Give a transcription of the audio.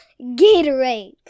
Gatorade